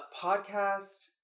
podcast